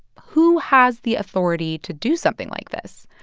who has the authority to do something like this?